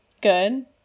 good